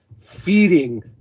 feeding